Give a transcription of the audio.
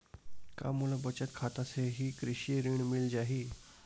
का मोला बचत खाता से ही कृषि ऋण मिल जाहि?